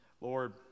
Lord